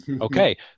Okay